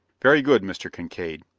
very good, mr. kincaide.